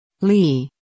Lee